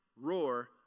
roar